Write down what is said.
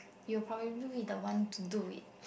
you will probably be the one to do it